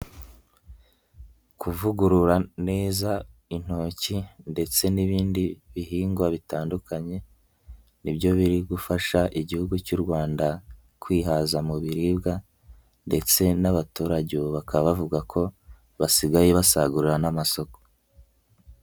Kuvugurura neza intoki ndetse n'ibindi bihingwa bitandukanye ni byo biri gufasha Igihugu cy'u Rwanda kwihaza mu biribwa ndetse n'abaturage ubu bakaba bavuga ko basigaye basagurana n'amasoko.